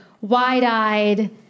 wide-eyed